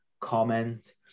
comment